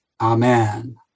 Amen